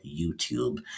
YouTube